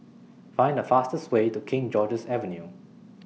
Find The fastest Way to King George's Avenue